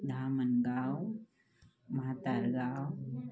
Dhamangaon Mhatargaon